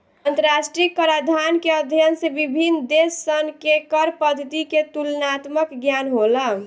अंतरराष्ट्रीय कराधान के अध्ययन से विभिन्न देशसन के कर पद्धति के तुलनात्मक ज्ञान होला